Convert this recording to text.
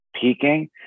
peaking